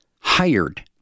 hired